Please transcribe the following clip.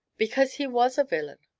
because he was a villain!